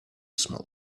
small